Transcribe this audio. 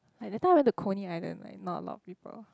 like that time I went to Coney Island like not a lot people